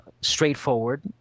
straightforward